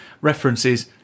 references